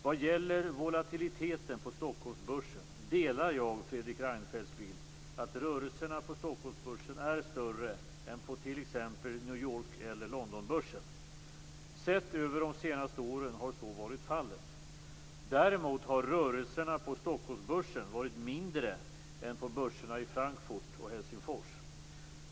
Vad gäller volatiliteten på Stockholmsbörsen delar jag Fredrik Reinfeldts bild att rörelserna på Stockholmsbörsen är större än på t.ex. New York eller Londonbörsen. Sett över de senaste åren har så varit fallet. Däremot har rörelserna på Stockholmsbörsen varit mindre än på börserna i Frankfurt och Helsingfors.